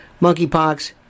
monkeypox